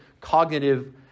cognitive